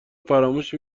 فراموش